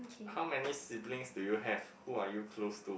how many siblings do you have who are you close to